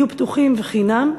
יהיו פתוחים בחינם.